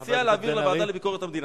אני מציע להעביר לוועדה לביקורת המדינה.